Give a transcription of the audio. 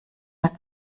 der